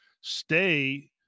stay –